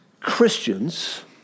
Christians